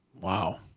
Wow